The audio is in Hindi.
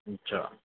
अच्छा